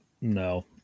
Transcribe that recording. no